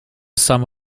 some